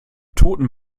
toten